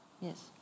yes